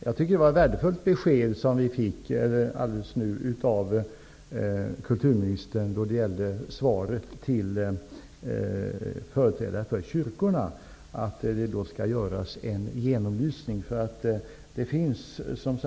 Fru talman! Det var ett värdefullt besked som vi nu fick av kulturministern då det gäller svaret till företrädarna till kyrkorna, dvs. att det skall göras en genomlysning. Det förekommer